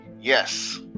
yes